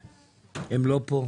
הם לא כאן.